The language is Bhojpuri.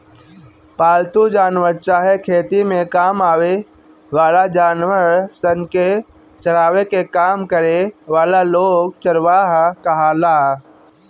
पालतू जानवर चाहे खेती में काम आवे वाला जानवर सन के चरावे के काम करे वाला लोग चरवाह कहाला